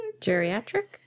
geriatric